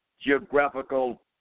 geographical